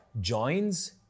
joins